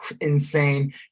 insane